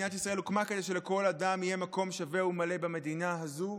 מדינת ישראל הוקמה כדי שלכל אדם יהיה מקום שווה ומלא במדינה הזאת.